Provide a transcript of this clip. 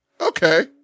Okay